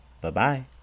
Bye-bye